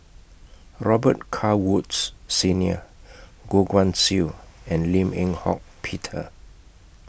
Robet Carr Woods Senior Goh Guan Siew and Lim Eng Hock Peter